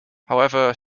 however